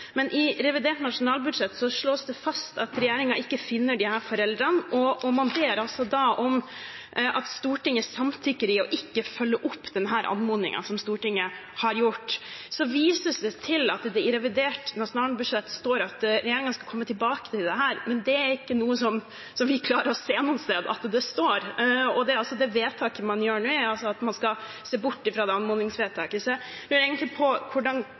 Men i revidert nasjonalbudsjett slås det fast at regjeringen ikke finner disse foreldrene, og man ber da om at Stortinget samtykker i ikke å følge opp denne anmodningen som Stortinget har gjort. Så vises det til at det i revidert nasjonalbudsjett står at regjeringen skal komme tilbake til dette, men vi klarer ikke å se at det står noe sted. Det vedtaket man nå gjør, er altså at man skal se bort fra anmodningsvedtaket. Så jeg lurer egentlig på hvordan